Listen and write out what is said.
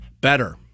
Better